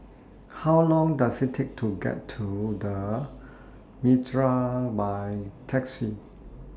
How Long Does IT Take to get to The Mitraa By Taxi